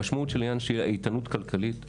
המשמעות של העניין היא איתנות כלכלית.